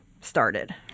started